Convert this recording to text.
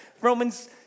Romans